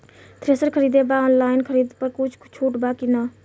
Thresher खरीदे के बा ऑनलाइन खरीद पर कुछ छूट बा कि न?